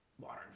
water